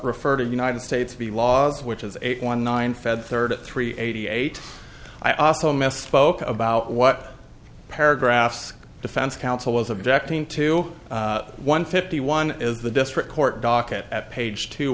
refer to united states v laws which as a one nine fed thirty three eighty eight i also misspoke about what paragraphs defense counsel was objecting to one fifty one is the district court docket at page t